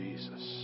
Jesus